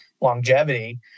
longevity